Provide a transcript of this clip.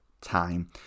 time